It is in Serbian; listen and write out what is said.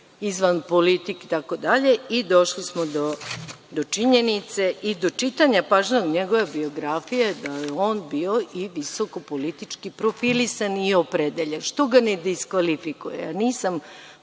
izvan politike itd, i došli smo do činjenice i do čitanja pažljivo njegove biografije, da je on bio i visoko politički profilisan i opredeljen. Što ga ne diskvalifikuje? Nisam